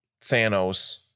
Thanos